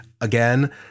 again